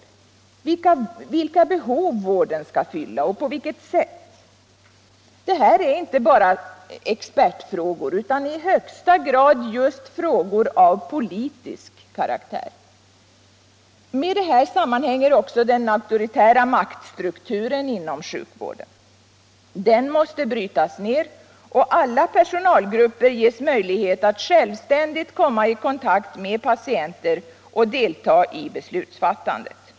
Det gäller vilka behov vården skall fylla och på vilket sätt den skall göra det. Detta är inte bara expertfrågor utan i högsta grad just frågor av politisk karaktär. Med det här sammanhänger också den auktoritära maktstrukturen inom sjukvården. Den måste brytas ner och alla personalgrupper ges möjlighet att självständigt komma i kontakt med patienter och delta i beslutsfattandet.